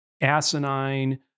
asinine